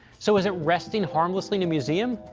so, is it resting harmlessly in a museum,